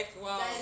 wow